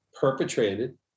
perpetrated